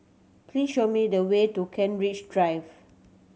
please show me the way to Kent Ridge Drive